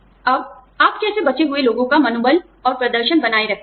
अब आप कैसे बचे हुए लोगों का मनोबल और प्रदर्शन बनाए रखते हैं